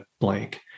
blank